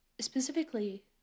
specifically